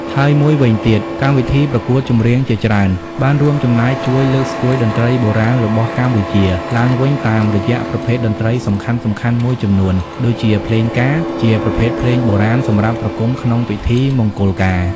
ហើយមួយវិញទៀត កម្មវិធីប្រកួតចម្រៀងជាច្រើនបានរួមចំណែកជួយលើកស្ទួយតន្ត្រីបុរាណរបស់កម្ពុជាឡើងវិញតាមរយៈប្រភេទតន្ត្រីសំខាន់ៗមួយចំនួន ដូចជា ភ្លេងការ ជាប្រភេទភ្លេងបុរាណសម្រាប់ប្រគំក្នុងពិធីមង្គលការ។